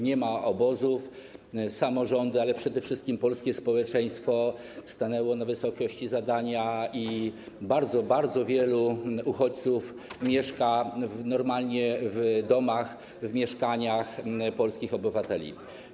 Nie ma obozów, samorządy, ale przede wszystkim polskie społeczeństwo, stanęły na wysokości zadania i bardzo, bardzo wielu uchodźców mieszka w domach, w mieszkaniach polskich obywateli.